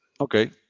Okay